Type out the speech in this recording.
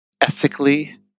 ethically